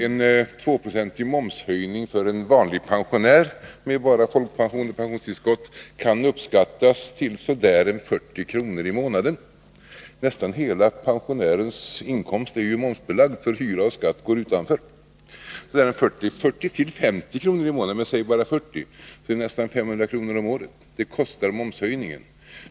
En 2-procentig momshöjning för en vanlig pensionär med bara folkpension och pensionstillskott kan uppskattas innebära en kostnadsökning med omkring 40 kr. i månaden. Nästan hela inkomsten för pensionären är momsbelagd, för hyra och skatt går utanför. Ca 40 kr. i månaden, nästan 500 kr. om året, kostar momshöjningen.